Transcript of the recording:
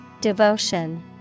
Devotion